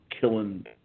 killing